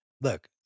Look